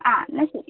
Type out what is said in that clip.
ആ എന്നാൽ ശരി